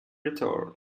retort